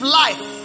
life